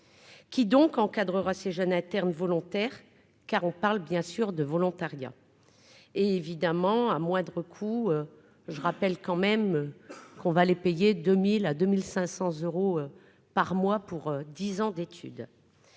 qui donc encadrera ces jeunes internes volontaire car on parle bien sûr de volontariat évidemment à moindres coûts je rappelle quand même qu'on va les payer 2000 à 2500 euros par mois pour 10 ans d'études